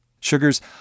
Sugars